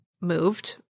moved